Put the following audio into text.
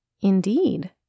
Indeed